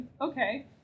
Okay